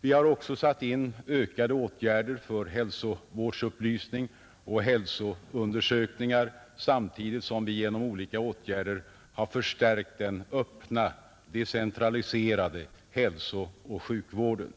Vi har också satt in ökade åtgärder för hälsovårdsupplysning och hälsoundersökningar, samtidigt som vi genom olika åtgärder har förstärkt den öppna, decentraliserade hälsooch sjukvården.